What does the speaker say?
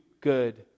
good